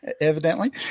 evidently